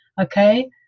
Okay